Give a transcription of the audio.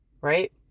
right